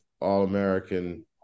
all-American